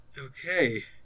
Okay